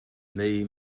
neu